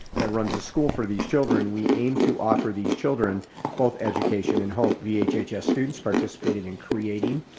that runs a school for these children. we aim to offer these children both education and hope. vhhs students participated in creating,